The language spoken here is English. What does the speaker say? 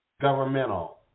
governmental